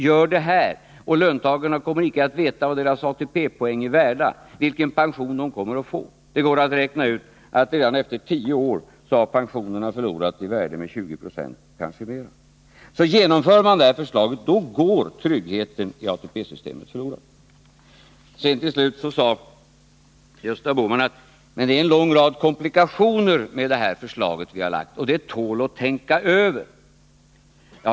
Gör det här, och löntagarna kommer inte att veta vad deras ATP-poäng är värda, vilken pension de kommer att få. Det går att räkna ut att redan efter tio år har pensionerna förlorat i värde med 20 20, kanske mer. Genomför man detta förslag går tryggheten i ATP systemet förlorad. Till slut sade Gösta Bohman att det blir en lång rad komplikationer med det förslag regeringen har lagt fram, och det tål att tänka över.